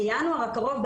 בינואר הקרוב,